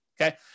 okay